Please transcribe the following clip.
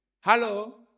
Hello